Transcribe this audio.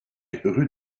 rue